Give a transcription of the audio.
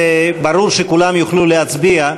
ברור שכולם יוכלו להצביע,